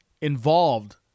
involved